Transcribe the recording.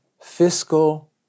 fiscal